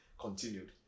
continued